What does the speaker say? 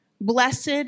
Blessed